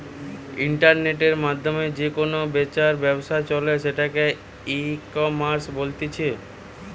ইন্টারনেটের মাধ্যমে যে কেনা বেচার ব্যবসা চলে সেটাকে ইকমার্স বলতিছে